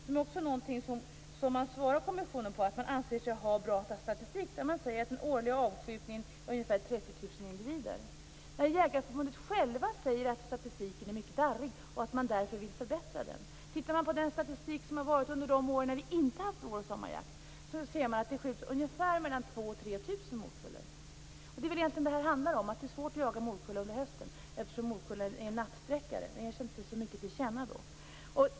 Man har nämligen gett svaret till kommissionen att man anser sig ha bra statistik. Man säger att den årliga avskjutningen omfattar ungefär 30 000 individer. Men Jägareförbundet säger själva att statistiken är mycket darrig och att man därför vill förbättra den. Tittar man på den statistik som har gällt under år då vi inte har haft vår och sommarjakt, så ser man att det då skjuts mellan 2 000 och 3 000 morkullor. Det är väl egentligen det här det handlar om; att det är svårt att jaga morkulla under hösten. Morkullan är ju nattsträckare. Den ger sig inte så mycket till känna på hösten.